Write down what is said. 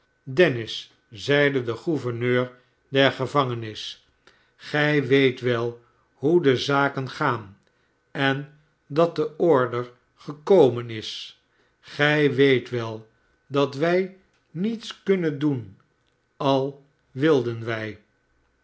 dennis zeide de gouverneur der gevangenis gij weet wel hoe de zaken gaan en dat de order gekomen is gij weet wel dat wij niets kunnen doen al wilden wij